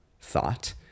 thought